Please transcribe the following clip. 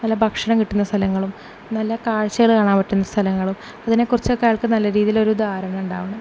നല്ല ഭക്ഷണം കിട്ടുന്ന സ്ഥലങ്ങളും നല്ല കാഴ്ചകൾ കാണാൻ പറ്റുന്ന സ്ഥലങ്ങളും അതിനെക്കുറിച്ചൊക്കെ അയാൾക്ക് നല്ല രീതിയിലുള്ള ഒരു ധാരണ ഉണ്ടാവണം